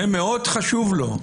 זה מאוד חשוב לו.